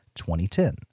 2010